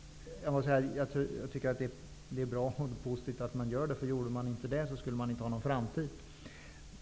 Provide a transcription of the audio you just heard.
Det är bra och positivt att så sker, för annars skulle man inte ha någon framtid.